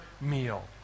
meal